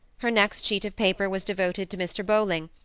her next sheet of paper was devoted to mr. bowling,